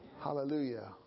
Hallelujah